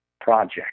project